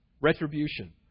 retribution